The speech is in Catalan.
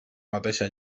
mateixa